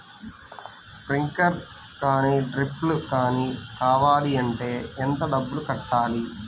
Sprinkler కానీ డ్రిప్లు కాని కావాలి అంటే ఎంత డబ్బులు కట్టాలి?